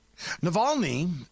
Navalny